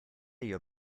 your